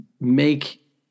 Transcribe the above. make